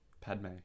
Padme